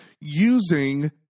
using